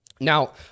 Now